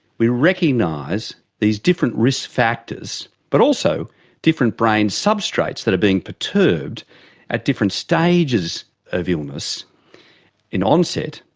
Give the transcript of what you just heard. we recognise these different risk factors, but also different brain substrates that are being perturbed at different stages of illness in onset,